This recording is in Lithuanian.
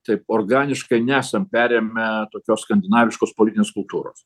taip organiškai nesam perėmę tokios skandinaviškos politinės kultūros